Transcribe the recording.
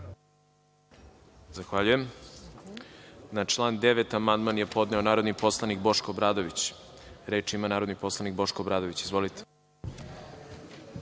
Zahvaljujem. Na član 9. amandman je podneo narodni poslanik Boško Obradović. Reč ima narodni poslanik Boško Obradović. Izvolite.